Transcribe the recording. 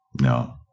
No